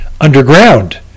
underground